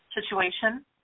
situation